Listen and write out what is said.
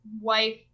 wife